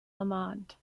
lamont